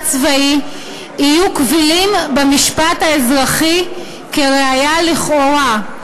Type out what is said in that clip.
צבאי יהיו קבילים במשפט האזרחי כראיה לכאורה.